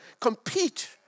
compete